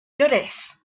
tres